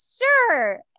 Sure